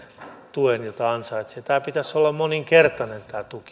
tuen jonka ansaitsee tämän tuen pitäisi olla moninkertainen